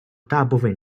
大部份